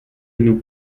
nous